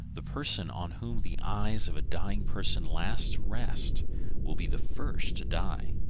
the person on whom the eyes of a dying person last rest will be the first to die.